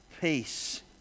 Peace